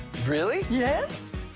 really? yes.